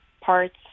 parts